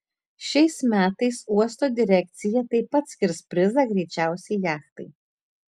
šiais metais uosto direkcija taip pat skirs prizą greičiausiai jachtai